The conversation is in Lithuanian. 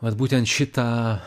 vat būtent šitą